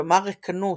כלומר ריקנות,